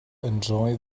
enjoy